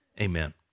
Amen